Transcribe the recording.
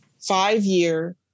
five-year